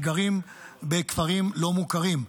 שגרים בכפרים לא מוכרים.